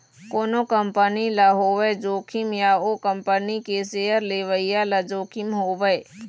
कोनो कंपनी ल होवय जोखिम या ओ कंपनी के सेयर लेवइया ल जोखिम होवय